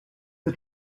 the